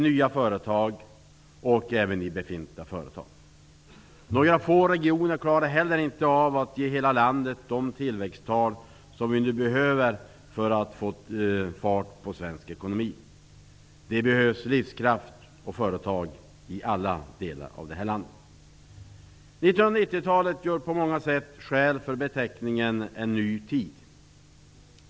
Några få regioner klarar inte av att ge hela landet de tillväxttal som nu behövs för att det skall bli fart på svensk ekonomi. Det behövs livskraft och företag i alla delar av landet. 1990-talet gör på många sätt skäl för beteckningen ''en ny tid''.